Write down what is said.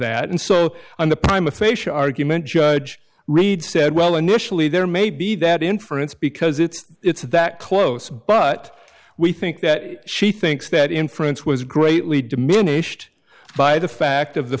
that and so on the prime of facial argument judge reid said well initially there may be that inference because it's that close but we think that she thinks that inference was greatly diminished by the fact of